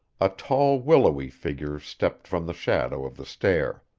a tall willowy figure stepped from the shadow of the stair.